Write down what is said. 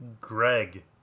greg